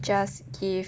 just give